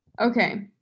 Okay